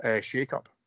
shake-up